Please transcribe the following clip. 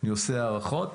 אני עושה הערכות.